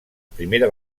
primera